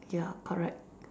ya correct